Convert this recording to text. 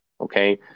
okay